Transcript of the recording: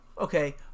Okay